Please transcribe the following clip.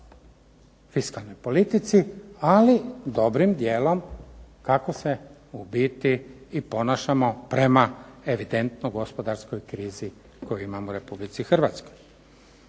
fiskalnoj politici, ali dobrim dijelom kako se u biti i ponašamo prema evidentno gospodarskoj krizi koju imamo u Republici Hrvatskoj.